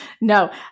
No